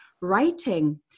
writing